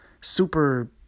super